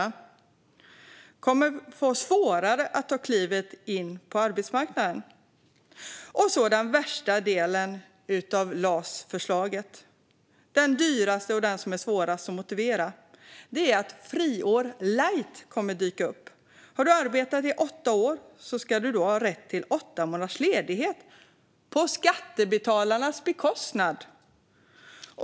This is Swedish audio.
De kommer att få svårare att ta klivet in på arbetsmarknaden. Den värsta delen av LAS-förslaget, den dyraste och den som är svårast att motivera, är att friår light kommer att dyka upp. Har du arbetat i åtta år ska du ha rätt till åtta månaders ledighet på skattebetalarnas bekostnad.